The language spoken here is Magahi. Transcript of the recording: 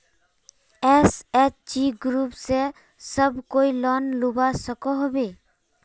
एस.एच.जी ग्रूप से सब कोई लोन लुबा सकोहो होबे?